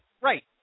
Right